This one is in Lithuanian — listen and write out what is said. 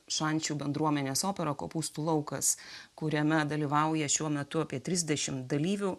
šančių bendruomenės opera kopūstų laukas kuriame dalyvauja šiuo metu apie trisdešimt dalyvių